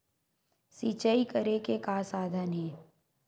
सिंचाई करे के का साधन हे?